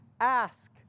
Ask